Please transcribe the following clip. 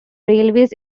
railways